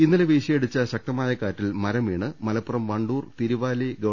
ഇന്നലെ വീശിയടിച്ച ശക്തമായ കാറ്റിൽ മരംവീണ് മലപ്പുറം വണ്ടൂർ തിരുവാലി ഗവ